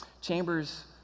Chambers